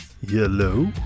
yellow